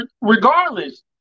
regardless